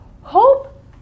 Hope